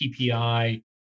PPI